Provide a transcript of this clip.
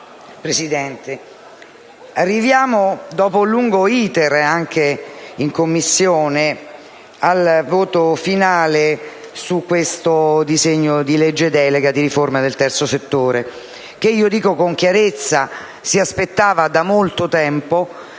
Presidente, arriviamo dopo un lungo *iter*, anche in Commissione, al voto finale sul disegno di legge delega di riforma del terzo settore, che - lo dico con chiarezza - si aspettava da molto tempo.